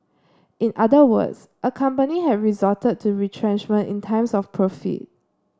in other words a company had resorted to retrenchment in times of profit